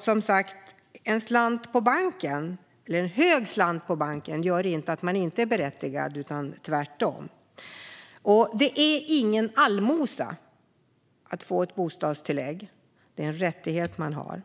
Som sagt: En hög slant på banken gör inte att man inte är berättigad, utan tvärtom. Och det är ingen allmosa att få bostadstillägg, utan det är en rättighet man har.